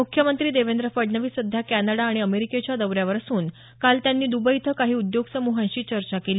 मुख्यमंत्री देवेंद्र फडणवीस सध्या कॅनडा आणि अमेरिकेच्या दौऱ्यावर असून काल त्यांनी दुबई इथं काही उद्योग समूहांशी चर्चा केली